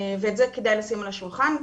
ואת זה כדאי לשים על השולחן.